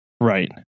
Right